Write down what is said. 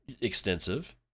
extensive